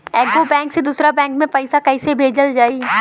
एगो बैक से दूसरा बैक मे पैसा कइसे भेजल जाई?